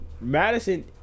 Madison